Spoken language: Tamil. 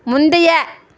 முந்தைய